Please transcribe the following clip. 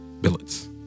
Billets